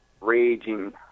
raging